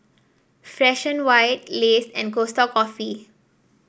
Fresh And White Lays and Costa Coffee